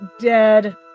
dead